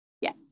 Yes